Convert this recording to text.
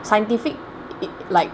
scientific it like